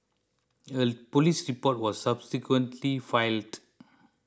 a police report was subsequently filed